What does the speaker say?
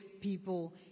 people